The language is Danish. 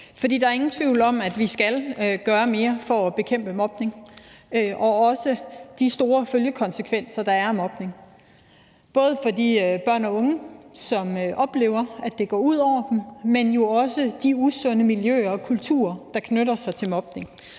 Der er ingen tvivl om, at vi skal gøre mere for at bekæmpe mobning og også de store følgekonsekvenser, der er af mobning, både for de børn og unge, som oplever, at det går ud over dem, men jo også de usunde miljøer og kulturer, der knytter sig til mobning.